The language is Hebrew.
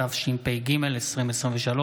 התשפ"ג 2023,